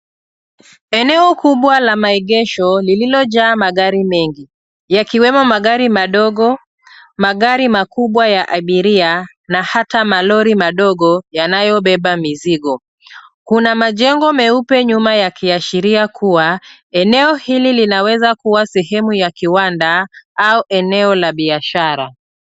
Eneo kubwa la maegesho lililojaa magari mengi. Yakiwemo magari madogo, magari makubwa ya abiria na hata malori madogo yanayobeba mizigo. Kuna majengo meupe nyuma ya kiashiria kuwa eneo hili linaweza kuwa sehemu ya kiwanda au eneo la biashara.